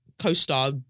Co-star